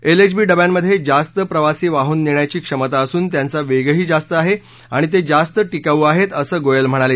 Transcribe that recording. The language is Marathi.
एलएचबी डब्यांमध्ये जास्त प्रवासी वाहून नेण्याची क्षमता असून त्यांचा वेगही जास्त आहे आणि ते जास्त टिकावू आहेत असं गोयल म्हणाले